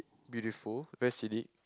beautiful very scenic